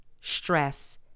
stress